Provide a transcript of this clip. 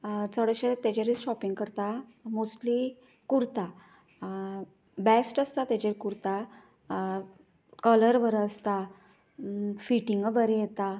चडशे तेजेरूच शोपींग करता मोस्ट्ली कुरता बेश्ट आसता तेजेर कुरता कलर बरो आसता फिटींग बरीं येता